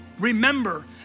Remember